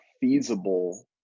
feasible